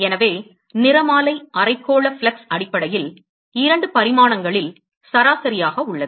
எனவே நிறமாலை அரைக்கோள ஃப்ளக்ஸ் அடிப்படையில் இரண்டு பரிமாணங்களில் சராசரியாக உள்ளது